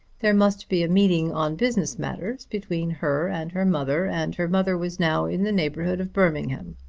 there must be a meeting on business matters between her and her mother, and her mother was now in the neighbourhood of birmingham.